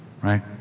right